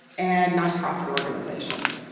and nonprofit organizations.